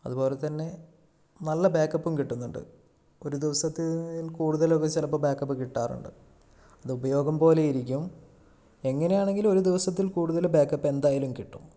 അതുപോലെതന്നെ നല്ല ബാക്കപ്പും കിട്ടുന്നുണ്ട് ഒരു ദിവസത്തിൽ കൂടുതലൊക്കെ ചിലപ്പോൾ ബാക്കപ്പ് കിട്ടാറുണ്ട് അത് ഉപയോഗം പോലെ ഇരിക്കും എങ്ങനെയാണെങ്കിലും ഒരു ദിവസത്തിൽ കൂടുതൽ ബാക്കപ്പ് എന്തായാലും കിട്ടും